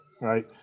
right